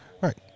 Right